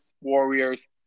Warriors